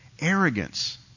Arrogance